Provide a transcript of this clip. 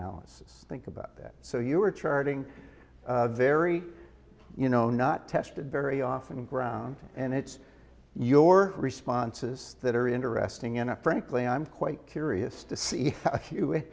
s think about that so you are charting a very you know not tested very often ground and it's your responses that are interesting enough frankly i'm quite curious to see